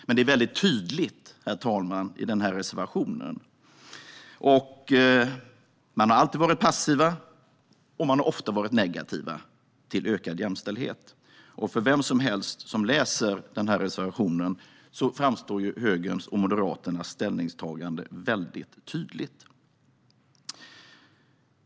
Detta är väldigt tydligt i reservationen. De har alltid varit passiva och ofta negativa till ökad jämställdhet. För vem som helst som läser reservationen framstår högerns och Moderaternas ställningstaganden väldigt tydligt.